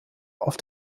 auf